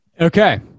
Okay